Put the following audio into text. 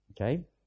Okay